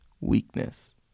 weakness